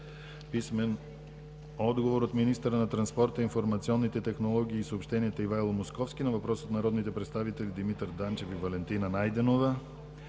Недялков; – от министъра на транспорта, информационните технологии и съобщенията Ивайло Московски на въпрос от народните представители Димитър Данчев и Валентина Найденова;